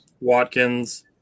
Watkins